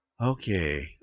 Okay